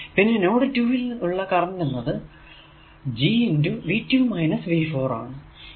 പിന്നെ നോഡ് 2 ൽ നിന്നും ഉള്ള കറന്റ് എന്നത് Gആണ്